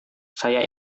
saya